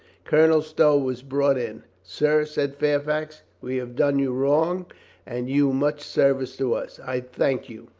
colonel stow was brought in. sir, said fair fax, we have done you wrong and you much service to us. i thank you.